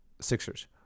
Sixers